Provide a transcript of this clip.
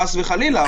חס וחלילה,